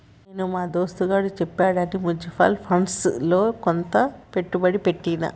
నేను మా దోస్తుగాడు చెప్పాడని మ్యూచువల్ ఫండ్స్ లో కొంత పెట్టుబడి పెట్టిన